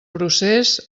procés